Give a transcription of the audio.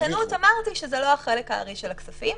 בכנות אמרתי שזה לא החלק הארי של הכספים.